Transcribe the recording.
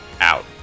out